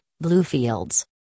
Bluefields